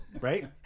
Right